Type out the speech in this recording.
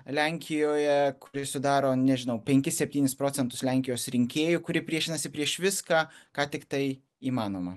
lenkijoje kuri sudaro nežinau penkis septynis procentus lenkijos rinkėjų kuri priešinasi prieš viską ką tiktai įmanoma